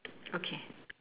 okay